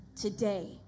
Today